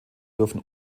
dürfen